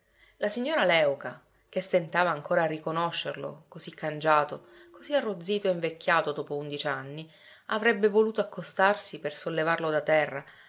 la signora léuca che stentava ancora a riconoscerlo così cangiato così arrozzito e invecchiato dopo undici anni avrebbe voluto accostarsi per sollevarlo da terra